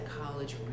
college